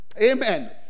Amen